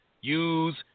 use